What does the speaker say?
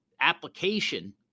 application